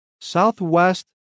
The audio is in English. Southwest